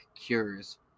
cures